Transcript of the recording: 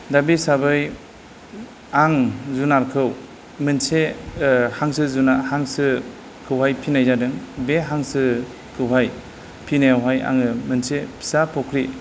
दा बे हिसाबै आं जुनारखौ मोनसे हांसो जुनार हांसोखौहाय फिसिनाय जादों बे हांसोखौहाय फिसिनायावहाय आङो मोनसे फिसा फुख्रि